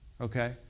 Okay